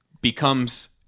becomes